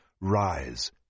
Rise